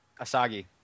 asagi